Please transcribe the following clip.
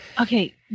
Okay